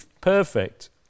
perfect